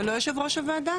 אתה לא יושב ראש הוועדה?